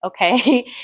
Okay